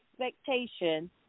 expectation